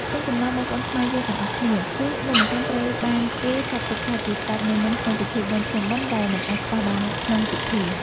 ក្នុងចំណោមបងប្អូនខ្មែរយើងទាំងអស់គ្នាគឺ នំអន្សមត្រូវបានគេចាត់ទុកថាជាស្ដេចនៃនំក្នុងពិធីបុណ្យភ្ជុំបិណ្ឌដែលមិនអាចខ្វះបានក្នុងពិធី។